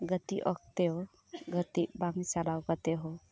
ᱜᱟᱛᱮᱜ ᱚᱠᱛᱚ ᱜᱟᱛᱮᱜ ᱵᱟᱝ ᱪᱟᱞᱟᱣ ᱠᱟᱛᱮᱫ ᱦᱚ